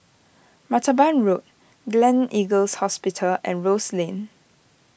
Martaban Road Gleneagles Hospital and Rose Lane